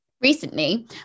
Recently